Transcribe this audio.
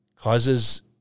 causes